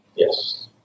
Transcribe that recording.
Yes